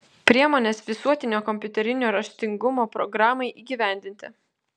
priemonės visuotinio kompiuterinio raštingumo programai įgyvendinti